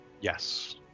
Yes